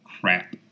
crap